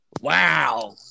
Wow